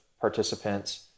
participants